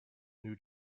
new